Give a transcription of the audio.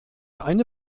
eine